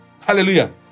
hallelujah